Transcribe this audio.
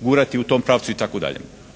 gurati u tom pravcu itd.